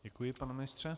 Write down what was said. Děkuji, pane ministře.